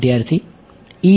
વિદ્યાર્થી E 1